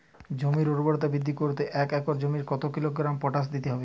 জমির ঊর্বরতা বৃদ্ধি করতে এক একর জমিতে কত কিলোগ্রাম পটাশ দিতে হবে?